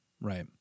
Right